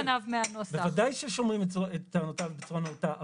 בוודאי ששומעים את טענותיו בצורה נאותה,